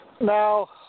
Now